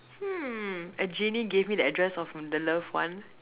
hmm a genie gave me the address of the loved one